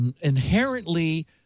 inherently